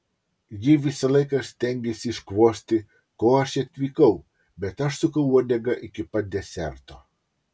ji visą laiką stengėsi iškvosti ko aš atvykau bet aš sukau uodegą iki pat deserto